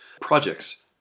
projects